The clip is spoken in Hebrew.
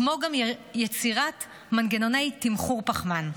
כמו גם יצירת מנגנוני תמחור פחמן.